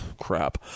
crap